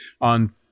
on